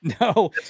No